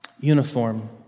uniform